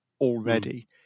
already